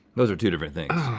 those are two different things.